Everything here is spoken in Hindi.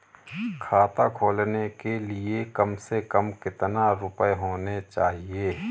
खाता खोलने के लिए कम से कम कितना रूपए होने चाहिए?